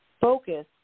focus